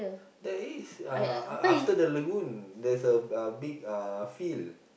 there is uh uh after the lagoon there's a a big uh field